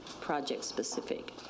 project-specific